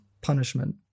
punishment